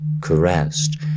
caressed